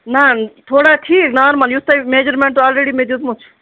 نہ تھوڑا ٹھیٖک نارمَل یُس تۄہہِ میجرمینٹ آلریڑی مےٚ دیُتمُت چھُ